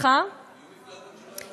יהיו מפלגות שלא יעברו את אחוז החסימה.